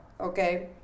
okay